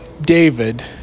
David